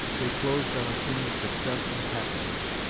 they closed on a scene of success and happiness,